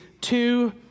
two